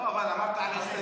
לא, אבל אמרת על הסתייגויות.